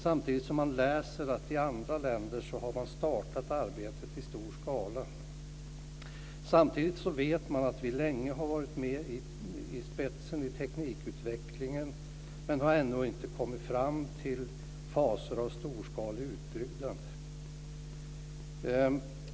Samtidigt läser de att man i andra länder har startat arbetet i stor skala. Och samtidigt vet de att vi länge har varit med i spetsen när det gäller teknikutvecklingen men ännu inte har kommit fram till faser av storskalig utbyggnad.